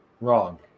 Wrong